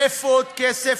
מאיפה עוד כסף?